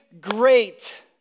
great